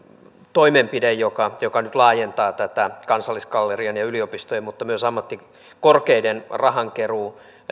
toimenpide joka joka nyt laajentaa tätä kansallisgallerian ja yliopistojen mutta myös ammattikorkeiden rahankeruuoikeutta